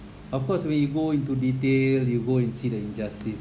of course we go into detail you go and see the injustice